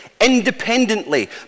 independently